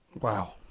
Wow